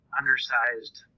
undersized